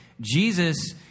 Jesus